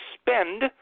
spend